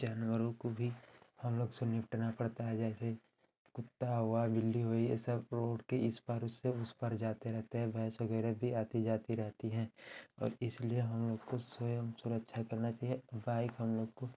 जानवरों को भी हम लोग से निपटना पड़ता है जैसे कुत्ता हुआ बिल्ली हुई ये सब रोड के इस पार उससे उस पार जाते रहते हैं भैंस वग़ैरह भी आती जाती रहती हैं और इसलिए हम लोग को स्वयं सुरक्षा करना चाहिए बाइक हम लोग को